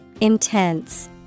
Intense